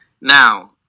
Now